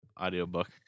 Audiobook